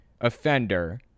offender